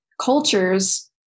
cultures